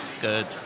good